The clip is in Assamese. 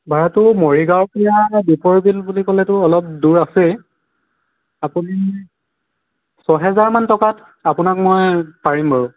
ভাড়াটো মৰিগাওঁ পৰা দীপৰ বিল বুলি ক'লেটো অলপ দূৰ আছেই আপুনি ছয়হেজাৰমান টকাত আপোনাক মই পাৰিম বাৰু